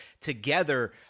together